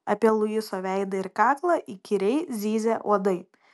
apie luiso veidą ir kaklą įkyriai zyzė uodai